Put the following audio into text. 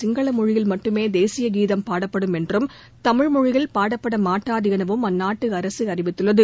சிங்கள மொழியில் மட்டுமே தேசிய கீதம் பாடப்படும் என்றும் தமிழ்மொழியில் பாடப்பட மாட்டாது எனவும் அந்நாட்டு அரசு அறிவித்துள்ளது